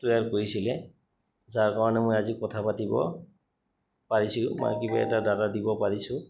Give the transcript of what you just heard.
তৈয়াৰ কৰিছিলে যাৰ কাৰণে মই আজি কথা পাতিব পাৰিছিলোঁ মই কিবা এটা ডাটা দিব পাৰিছোঁ